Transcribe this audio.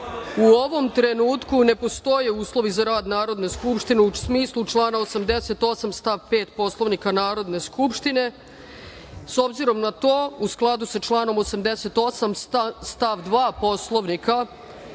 u ovom trenutku ne postoje uslovi za rad Narodne skupštine u smislu člana 88. stav 5. Poslovnika Narodne skupštine.S obzirom na to, u skladu sa članom 88. stav 2. Poslovnika,